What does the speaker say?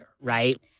right